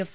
F